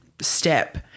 step